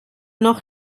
noch